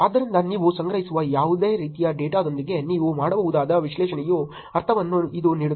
ಆದ್ದರಿಂದ ನೀವು ಸಂಗ್ರಹಿಸುವ ಯಾವುದೇ ರೀತಿಯ ಡೇಟಾದೊಂದಿಗೆ ನೀವು ಮಾಡಬಹುದಾದ ವಿಶ್ಲೇಷಣೆಯ ಅರ್ಥವನ್ನು ಇದು ನೀಡುತ್ತದೆ